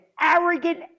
arrogant